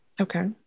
Okay